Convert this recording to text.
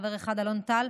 חבר אחד: אלון טל,